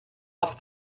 off